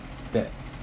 that